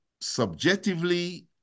subjectively